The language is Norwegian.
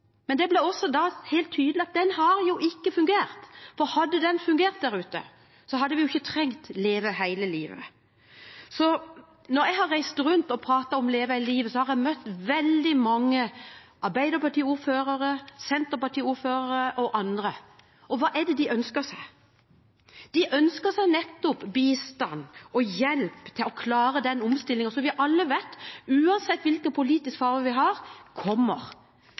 men det ble også helt tydelig at den ikke har fungert. Hadde den fungert der ute, hadde vi ikke trengt Leve hele livet. Når jeg har reist rundt og pratet om Leve hele livet, har jeg møtt veldig mange Arbeiderparti-ordførere, Senterparti-ordførere og andre. Hva er det de ønsker seg? De ønsker seg nettopp bistand og hjelp til å klare den omstillingen som vi alle vet kommer, uansett hvilken politisk farge vi har.